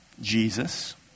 Jesus